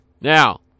Now